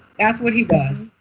that's what he does.